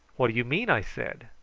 what do you mean? i said.